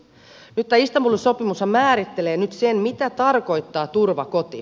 nyt tämä istanbulin sopimushan määrittelee sen mitä tarkoittaa turvakoti